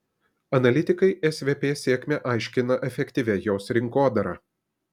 analitikai svp sėkmę aiškina efektyvia jos rinkodara